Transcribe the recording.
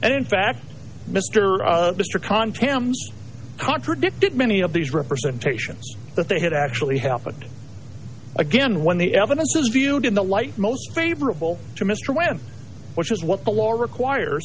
and in fact mr mr conne tam's contradicted many of these representations that they had actually happened again when the evidence is viewed in the light most favorable to mr wynn which is what the law requires